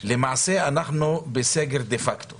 למעשה אנחנו בסגר דה-פקטו